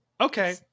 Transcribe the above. Okay